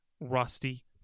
rusty